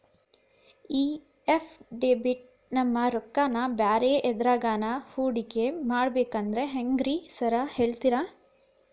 ಈ ಎಫ್.ಡಿ ಬಿಟ್ ನಮ್ ರೊಕ್ಕನಾ ಬ್ಯಾರೆ ಎದ್ರಾಗಾನ ಹೂಡಿಕೆ ಮಾಡಬೇಕಂದ್ರೆ ಹೆಂಗ್ರಿ ಸಾರ್ ಹೇಳ್ತೇರಾ?